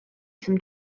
some